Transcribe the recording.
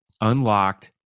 unlocked